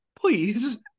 please